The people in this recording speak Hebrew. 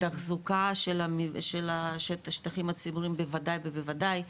תחזוקה של השטחים הציבוריים בוודאי ובוודאי,